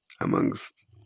amongst